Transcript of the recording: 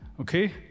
Okay